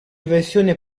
versione